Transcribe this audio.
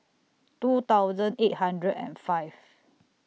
two thousand eight hundred and five